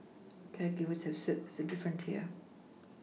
caregivers have said that it's different here